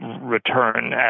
return